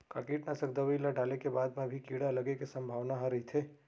का कीटनाशक दवई ल डाले के बाद म भी कीड़ा लगे के संभावना ह रइथे?